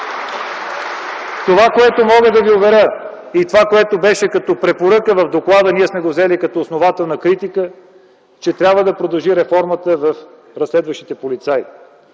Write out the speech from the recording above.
Това, в което мога да ви уверя, е, че това, което беше като препоръка в доклада, ние сме го взели като основателна критика, че трябва да продължи реформата при разследващите полицаи.